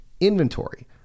inventory